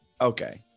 okay